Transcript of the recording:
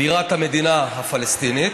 בירת המדינה הפלסטינית,